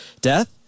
Death